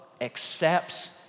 accepts